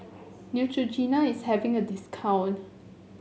Neutrogena is having a discount